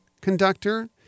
conductor